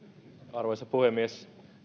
arvoisa puhemies